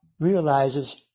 realizes